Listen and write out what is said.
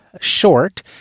short